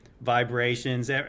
vibrations